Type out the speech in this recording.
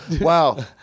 wow